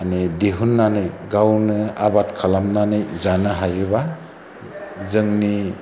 माने दिहुननानै गावनो आबाद खालामनानै जानो हायोबा जोंनि